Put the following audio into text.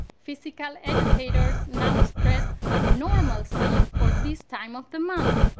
physical educators now ah stress normalcy for this time of the month.